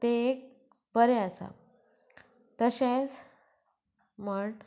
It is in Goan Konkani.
ते बरे आसा तशेंच म्हण